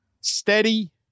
Steady